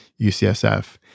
UCSF